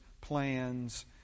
plans